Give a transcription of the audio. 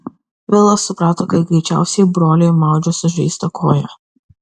vilas suprato kad greičiausiai broliui maudžia sužeistą koją